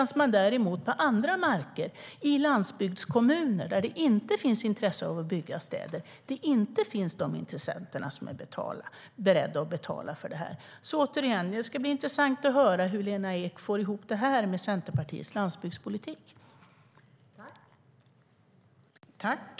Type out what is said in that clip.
När det gäller andra marker, i landsbygdskommuner, finns det däremot inte intresse av att bygga bostäder, och det finns inte intressenter som är beredda att betala för detta. Det ska bli intressant att höra hur Lena Ek får ihop det här med Centerpartiets landsbygdspolitik.